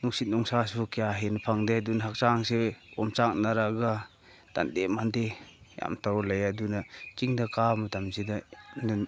ꯅꯨꯡꯁꯤꯠ ꯅꯨꯡꯁꯥꯁꯨ ꯀꯌꯥ ꯍꯦꯟꯅ ꯐꯪꯗꯦ ꯑꯗꯨꯅ ꯍꯛꯆꯥꯡꯁꯦ ꯑꯣꯝꯆꯥꯛꯅꯔꯒ ꯇꯟꯗꯦ ꯃꯥꯟꯗꯦ ꯌꯥꯝ ꯇꯧꯔ ꯂꯩꯌꯦ ꯑꯗꯨꯅ ꯆꯤꯡꯗ ꯀꯥꯕ ꯃꯇꯝꯁꯤꯗ ꯑꯗꯨꯝ